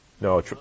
No